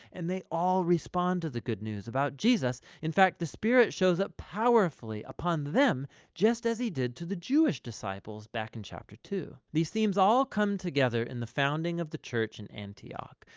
and they all respond to the good news about jesus. in fact, the spirit shows up powerfully upon them just as he did to the jewish disciples back in chapter two. these themes all come together in the founding of the church in antioch,